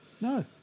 No